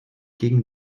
gegen